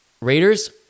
Raiders